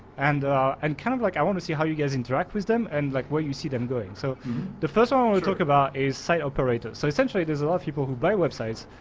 and and kind of like i want to see how you guys interact with them, and like where you see them going. so the first one we'll talk about is site operator. so essentially, there's a lot of people who buy websites.